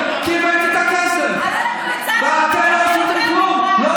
כי הבאתי את הכסף, ואתם לא עשיתם כלום.